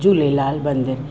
झूलेलाल मंदरु